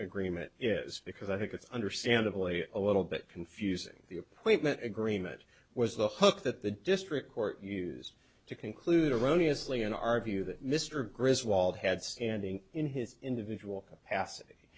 agreement is because i think it's understandably a little bit confusing the appointment agreement was the hook that the district court used to conclude erroneous lee in our view that mr griswold had standing in his individual